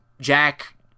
Jack